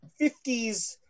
50s